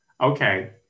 Okay